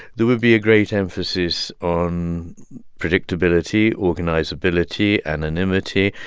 there would be a great emphasis on predictability, organizability, anonymity,